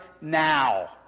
now